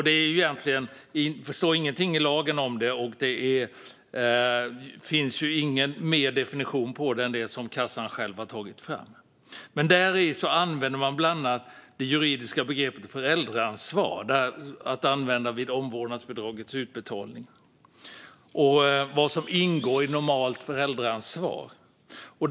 Det står ingenting i lagen om det, och det finns ingen annan definition än den kassan själv har tagit fram. Man använder där bland annat det juridiska begreppet föräldraansvar för vad som ingår i normalt föräldraansvar när det gäller omvårdnadsbidragets utbetalning.